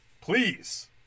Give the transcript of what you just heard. Please